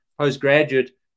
postgraduate